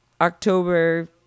October